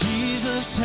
Jesus